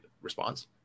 response